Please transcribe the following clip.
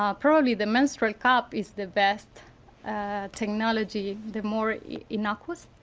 um probably the menstrual cup is the best technology, the more innocuous